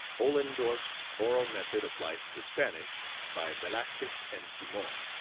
ollen dorff's oral method applied to the spanish, by velasquez and simonne.